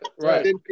Right